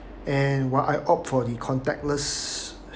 and while I opt for the contactless